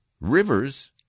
rivers